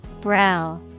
Brow